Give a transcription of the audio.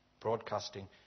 broadcasting